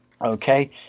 Okay